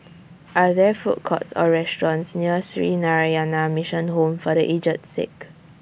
Are There Food Courts Or restaurants near Sree Narayana Mission Home For The Aged Sick